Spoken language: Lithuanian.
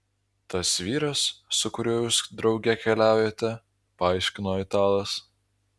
tas vyras su kuriuo jūs drauge keliaujate paaiškino italas